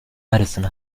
medicine